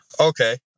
Okay